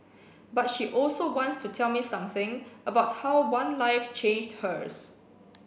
but she also wants to tell me something about how one life changed hers